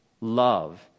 love